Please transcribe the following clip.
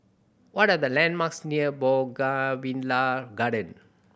what are the landmarks near Bougainvillea Garden